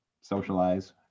socialize